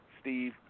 Steve